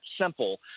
simple